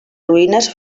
ruïnes